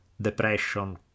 Depression